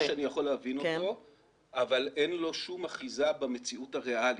זה חשש שאני יכול להבין אותו אבל אין לו שום אחיזה במציאות הריאלית.